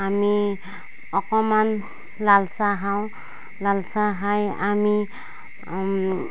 আমি অকণমান লাল চাহ খাওঁ লাল চাহ খাই আমি